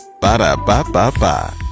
Ba-da-ba-ba-ba